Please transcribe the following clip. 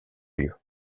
lieu